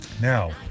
now